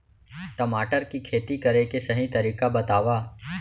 टमाटर की खेती करे के सही तरीका बतावा?